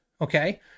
Okay